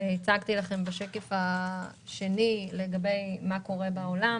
הצגתי לכם בשקף השני מה קורה בעולם.